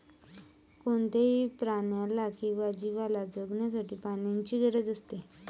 कोणत्याही प्राण्याला किंवा जीवला जगण्यासाठी पाण्याची गरज असते